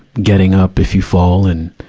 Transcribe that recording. getting up if you fall and,